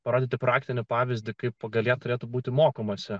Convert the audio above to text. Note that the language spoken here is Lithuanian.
parodyti praktinį pavyzdį kaip pagal ją turėtų būti mokomasi